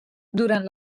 durant